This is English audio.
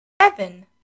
seven